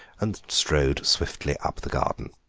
and strode swiftly up the garden.